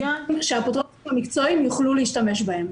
שאפוטרופוסים המקצועיים יוכלו להשתמש בהם.